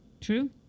True